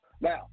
Now